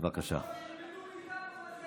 תלמדו מאיתנו מה זה